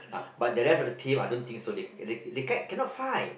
but the rest of the team I don't think so leh they they can cannot fight